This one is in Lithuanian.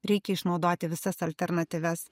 reikia išnaudoti visas alternatyvias